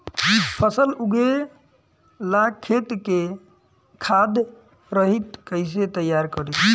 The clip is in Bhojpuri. फसल उगवे ला खेत के खाद रहित कैसे तैयार करी?